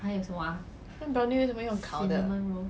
brownie 为什么用烤的